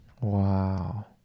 Wow